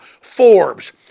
Forbes